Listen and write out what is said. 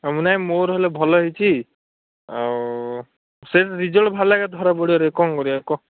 ସମୁଦାୟ ମୋର ହେଲେ ଭଲ ହେଇଛି ଆଉ ସେ ରେଜଲ୍ଟ୍ ବାହାରିଲେ ଏକା ଧରାପଡ଼ିବାରେ କ'ଣ କରିବା କହ